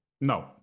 No